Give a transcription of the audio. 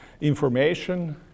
information